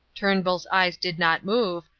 turnbull's eyes did not move,